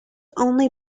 only